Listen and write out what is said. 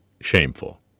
shameful